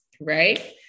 right